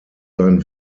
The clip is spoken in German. seinen